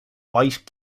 white